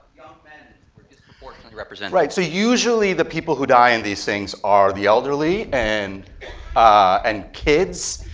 men were disproportionately represented. right, so usually the people who die in these things are the elderly and and kids.